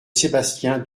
sébastien